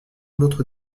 d’autres